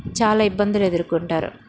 చాలా ఇబ్బందులెదుర్కొంటారు